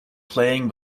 playing